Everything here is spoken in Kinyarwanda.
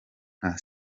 nka